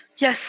yes